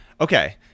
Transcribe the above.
Okay